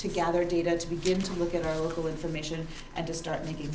to gather data to begin to look at our local information and to start